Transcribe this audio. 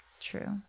true